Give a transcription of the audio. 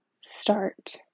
start